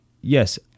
yes